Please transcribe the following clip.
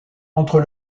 entre